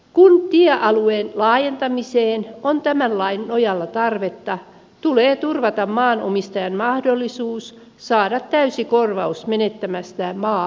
kun tiealueen laajentamiseen on tämän lain nojalla tarvetta tulee turvata maanomistajan mahdollisuus saada täysi korvaus menettämästään maa alueesta